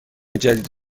جدید